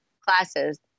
classes